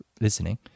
listening